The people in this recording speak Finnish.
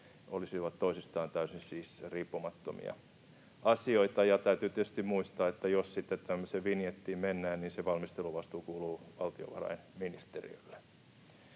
täysin toisistaan riippumattomia asioita, ja täytyy tietysti muistaa, että jos sitten tämmöiseen vinjettiin mennään, niin se valmisteluvastuu kuuluu valtiovarainministeriölle.